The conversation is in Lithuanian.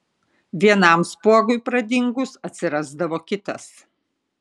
vienam spuogui pradingus atsirasdavo kitas